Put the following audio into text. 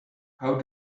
how